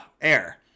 air